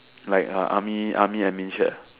like uh army army admin shirt ah